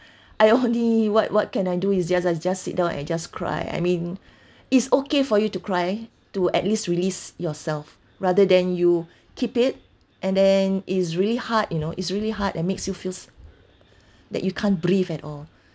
I only what what can I do is just I just sit down and just cry I mean it's okay for you to cry to at least release yourself rather than you keep it and then is really hard you know it's really hard and makes you feels that you can't breathe at all